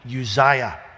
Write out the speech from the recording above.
Uzziah